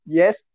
yes